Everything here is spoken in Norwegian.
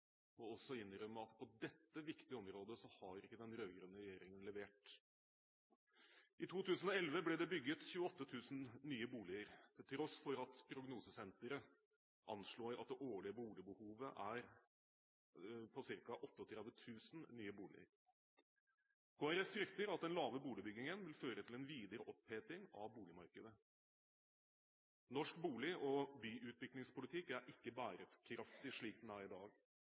må også innrømme at på dette viktige området har de ikke levert. I 2011 ble det bygget 28 000 nye boliger, til tross for at Prognosesenteret anslår at det årlige boligbehovet er på ca. 38 000 nye boliger. Kristelig Folkeparti frykter at den lave boligbyggingen vil føre til en videre oppheting av boligmarkedet. Norsk bolig- og byutviklingspolitikk er ikke bærekraftig slik den er i dag.